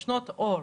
שנות אור.